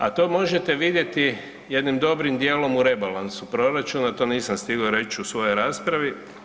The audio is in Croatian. A to možete vidjeti jednim dobrim djelom u rebalansu proračuna, to nisam stigao reć u svojoj raspravi.